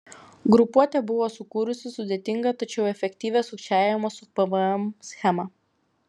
grupuotė buvo sukūrusi sudėtingą tačiau efektyvią sukčiavimo su pvm schemą